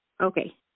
Okay